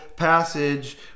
Passage